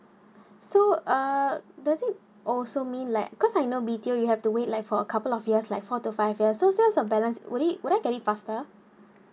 so uh does it also mean like because I know B_T_O you have to wait like for a couple of years like four to five years so sales of balance would it will I get it faster